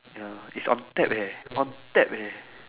ya it's on tap eh on tap [rh]